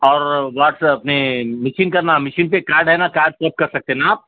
اور واٹسپ میں مشین کا نام مشین پہ کاڈ ہے نا کاڈ سویپ کر سکتے نا آپ